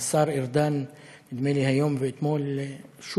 השר ארדן, נדמה לי שהיום ואתמול שוב